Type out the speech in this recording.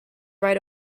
right